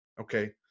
okay